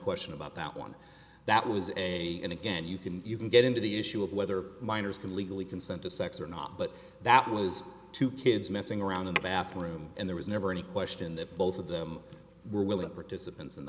question about that one that was a and again you can you can get into the issue of whether minors can legally consent to sex or not but that was two kids messing around in the bathroom and there was never any question that both of them were willing participants